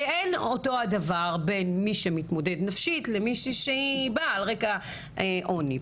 כי אין אותו הדבר בין מי שמתמודד נפשית למישהי שהיא באה על רקע עוני.